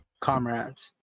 comrades